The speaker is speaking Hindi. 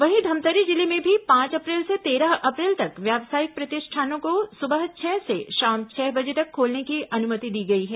वहीं धमतरी जिले में भी पांच अप्रैल से तेरह अप्रैल तक व्यावसायिक प्रतिष्ठानों को सुबह छह से शाम छह बजे तक खोलने की अनुमति दी गई है